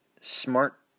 Smart